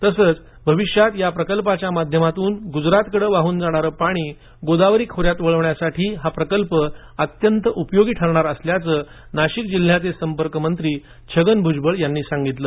तसंच भविष्यात या प्रकल्पाच्या माध्यमातून गुजरातकडे वाहून जाणारे पाणी गोदावरी खोऱ्यात वळवण्यासाठी हा प्रकल्प अत्यंत उपयोगी ठरणार असल्याचं नाशिक जिल्ह्याचे संपर्कमंत्री छगन भुजबळ यांनी सांगितलं